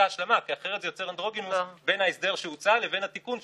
האשראי ושלא תופחת מסגרת אשראי לסכום שהוא מתחת ל-7,500 שקלים,